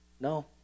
No